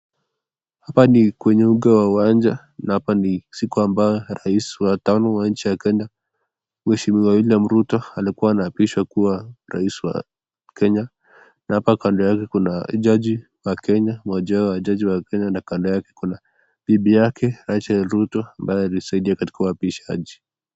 Hapa ni kwenye uga wa uwanja na hapa ni siku ambayo rais wa tano wa nchi ya kenya mweshimiwa William Ruto alikuwa anaapishwa kuwa rais wa kenya ,na hapa kando yake kuna jaji wa kenya moja wao wa jaji wa kenya na kando yake kuna bibi yake Rachel Ruto ambaye alisaidia katika uapishaji.